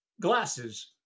glasses